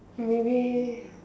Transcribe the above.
maybe